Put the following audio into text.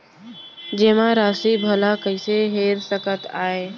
जेमा राशि भला कइसे हेर सकते आय?